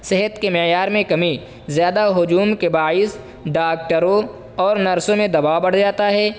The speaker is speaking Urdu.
صحت کی معیار میں کمی زیادہ ہجوم کے باعث ڈاکٹروں اور نرسوں میں دباؤ پڑھ جاتا ہے